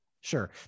Sure